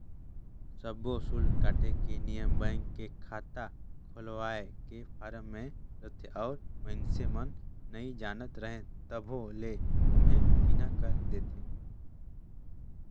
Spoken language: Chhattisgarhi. सब्बो सुल्क काटे के नियम बेंक के खाता खोलवाए के फारम मे रहथे और मइसने मन नइ जानत रहें तभो ले ओम्हे चिन्हा कर देथे